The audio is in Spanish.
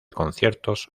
conciertos